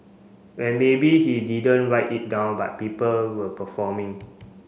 and maybe he didn't write it down but people were performing